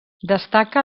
destaca